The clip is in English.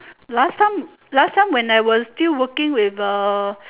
last time last time when I was still working with uh